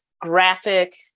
graphic